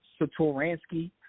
Satoransky